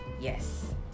Yes